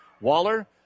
Waller